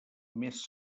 més